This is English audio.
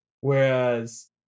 whereas